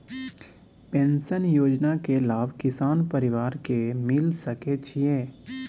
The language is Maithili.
पेंशन योजना के लाभ किसान परिवार के मिल सके छिए?